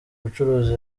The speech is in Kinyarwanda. bucuruzi